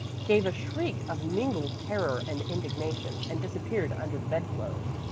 gave a shriek of mingled terror and indignation and disappeared under the bedclothes.